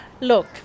Look